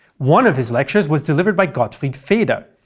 one of his lectures was delivered by gottfried feder,